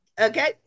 Okay